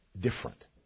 different